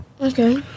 Okay